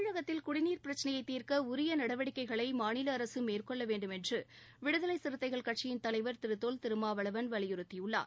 தமிழகத்தில் குடிநீர் பிரச்சினையை தீர்க்க உரிய நடவடிக்கைகளை மாநில அரசு மேற்கொள்ள வேண்டும் என்று விடுதலை சிறுத்தைகள் கட்சியின் தலைவர் திரு தொல் திருமாவளவன் வலியுறுத்தியுள்ளார்